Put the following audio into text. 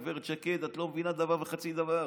גב' שקד, את לא מבינה דבר וחצי דבר.